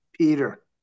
Peter